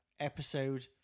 Episode